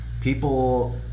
people